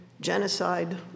genocide